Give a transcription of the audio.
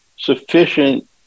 sufficient